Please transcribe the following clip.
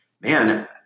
man